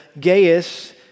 Gaius